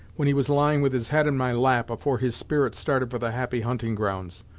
when he was lying with his head in my lap, afore his spirit started for the happy hunting grounds.